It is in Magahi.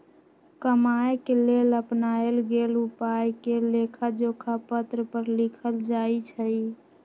कमाए के लेल अपनाएल गेल उपायके लेखाजोखा पत्र पर लिखल जाइ छइ